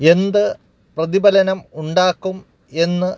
എന്തു പ്രതിബലനം ഉണ്ടാക്കും എന്ന്